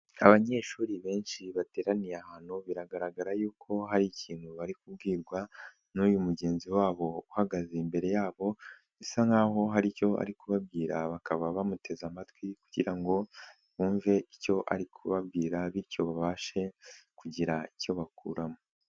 Abanyeshuri benshi bateraniye ahantu biragaragara yuko hari ikintu bari kubwirwa n'uyu mugenzi wabo uhagaze imbere yabo, bisa nkaho hari icyo ari kubabwira bakaba bamuteze amatwi kugira ngo bumve icyo ari kubabwira bityo babashe kugira icyo bakuramo.